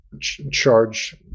charge